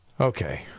Okay